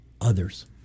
others